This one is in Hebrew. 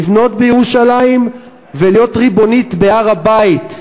לבנות בירושלים ולהיות ריבונית בהר-הבית,